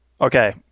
Okay